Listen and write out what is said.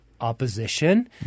opposition